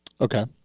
Okay